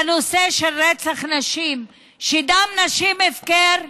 אפילו, בנושא של רצח נשים, שדם נשים הפקר?